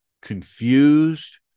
confused